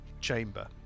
chamber